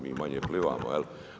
Mi manje plivamo, jel?